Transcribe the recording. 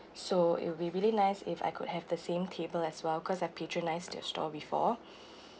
so it'll be really nice if I could have the same table as well cause I patronize their store before